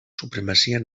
supremacia